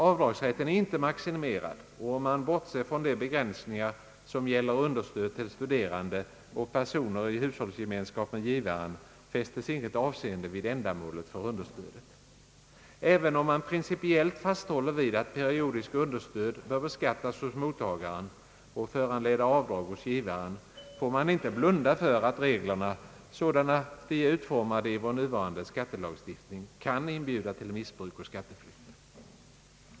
Avdragsrätten är inte maximerad, och om man bortser från de begränsningar som gäller understöd till studerande och personer i hushållsgemenskap med gi varen fästes inget avseende vid ändamålet för understödet. även om man principiellt fasthåller vid att periodiska understöd bör beskattas hos mottagaren och föranleda avdrag hos givaren, får man inte blunda för att reglerna, sådana de är utformade i vår nuvarande skattelagstiftning, kan inbjuda till missbruk och skatteflykt.